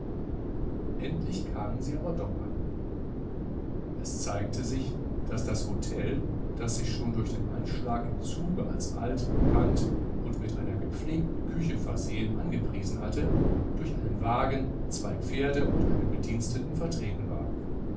endlich kamen sie aber doch an es zeigte sich daß das hotel das sich schon durch einen anschlag im zuge als altbekannt und mit einer gepflegten küche versehen angepriesen hatte durch einen wagen zwei pferde und einen bediensteten vertreten war